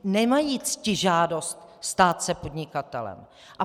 Nemají ctižádost stát se podnikatelem.